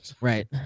Right